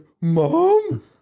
Mom